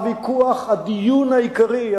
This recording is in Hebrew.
הדיון העיקרי,